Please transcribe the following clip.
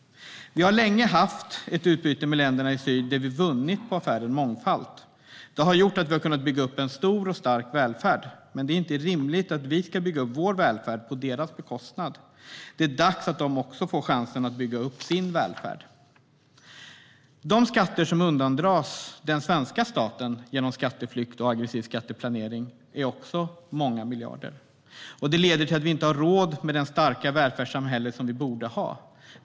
Vi har länge haft ett utbyte med länderna i syd där vi har vunnit på affären mångfalt. Det har gjort att vi har kunnat bygga upp en stor och stark välfärd. Men det är inte rimligt att vi ska bygga upp vår välfärd på deras bekostnad. Det är dags att de också får chansen att bygga upp sin välfärd. De skatter som undandras den svenska staten genom skatteflykt och aggressiv skatteplanering uppgår också till många miljarder. Det leder till att vi inte har råd med det starka välfärdssamhälle som vi borde ha.